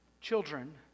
Children